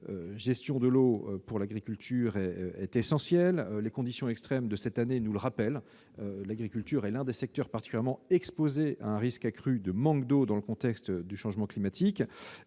est essentielle pour l'agriculture. Les conditions extrêmes de cette année nous le rappellent, l'agriculture est l'un des secteurs particulièrement exposés à un risque accru de manque d'eau dans le contexte du changement climatique.